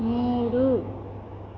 మూడు